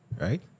Right